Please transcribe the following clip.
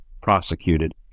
prosecuted